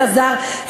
אלעזר,